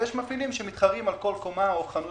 ויש מפעילים שמתחרים על כל קמה או חנות